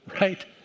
right